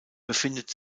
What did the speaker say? befindet